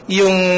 yung